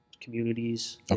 communities